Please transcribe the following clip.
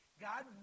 God